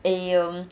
eh um